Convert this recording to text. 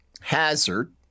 Hazard